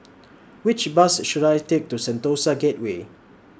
Which Bus should I Take to Sentosa Gateway